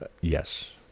yes